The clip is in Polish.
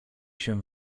się